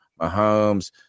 Mahomes